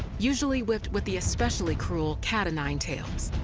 usually whipped with the especially cruel cat o' nine tails,